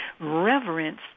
reverence